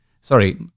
sorry